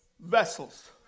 vessels